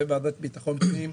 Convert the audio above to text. בוועדה לביטחון פנים,